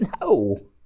No